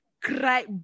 Cry